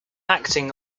acting